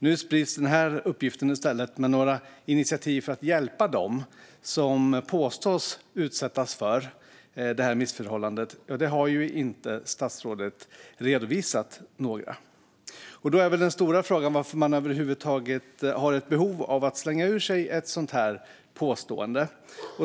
Nu sprids den här uppgiften, men några initiativ för att hjälpa dem som påstås utsättas för missförhållanden har statsrådet inte redovisat. Den stora frågan är varför man över huvud taget har ett behov av att slänga ur sig ett sådant påstående.